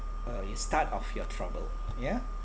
uh it's start of your trouble ya